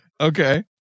okay